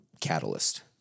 catalyst